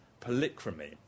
polychromy